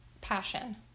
passion